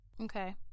Okay